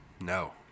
No